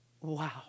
Wow